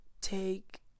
take